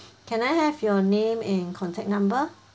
can I have your name and contact number